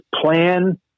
plan